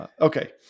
Okay